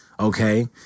Okay